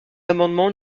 amendement